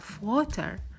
water